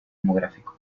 demográfico